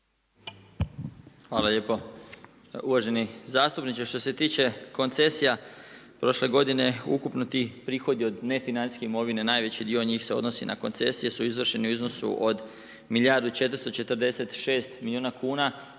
Hvala lijepo. Uvaženi zastupniče, što se tiče koncesija prošle godine ti prihodi od nefinancijske imovine najveći dio njih se odnosi na koncesije su izvršeni u iznosu od milijardu